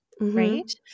right